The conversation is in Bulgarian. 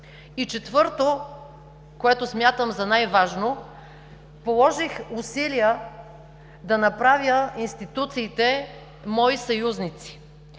И четвърто, което смятам за най-важно, положих усилия да направя институциите мои съюзници.